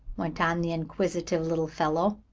went on the inquisitive little fellow.